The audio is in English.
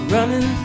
Running